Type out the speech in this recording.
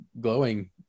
glowing